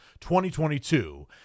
2022